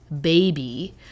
baby